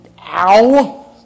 ow